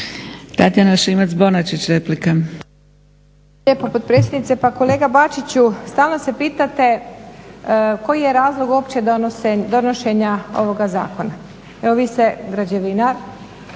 Tatjana (SDP)** Hvala lijepa potpredsjednice. Pa kolega Bačiću stalno se pitate koji je razlog uopće donošenja ovoga Zakona. Evo vi ste građevinar,